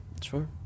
sure